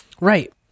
Right